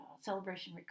Celebration